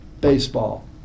baseball